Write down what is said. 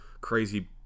crazy